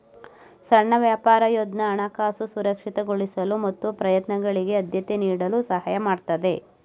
ಸಣ್ಣ ವ್ಯಾಪಾರ ಯೋಜ್ನ ಹಣಕಾಸು ಸುರಕ್ಷಿತಗೊಳಿಸಲು ಮತ್ತು ಪ್ರಯತ್ನಗಳಿಗೆ ಆದ್ಯತೆ ನೀಡಲು ಸಹಾಯ ಮಾಡುತ್ತೆ